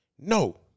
No